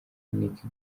nick